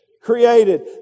Created